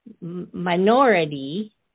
minority